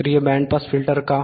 सक्रिय band pass filter का